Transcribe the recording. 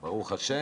ברוך השם.